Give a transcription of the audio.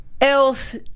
else